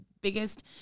biggest